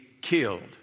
killed